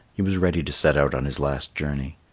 he was ready to set out on his last journey.